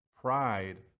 Pride